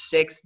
Six